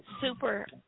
Super